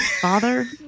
Father